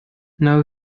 now